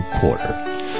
quarter